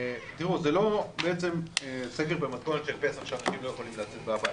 זה לא סגר במתכונת של פסח שאנשים לא יכולים לצאת מהבית.